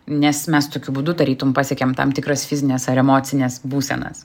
nes mes tokiu būdu tarytum pasiekiam tam tikras fizines ar emocines būsenas